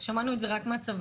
שמענו את זה רק מהצבא,